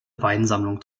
weinsammlung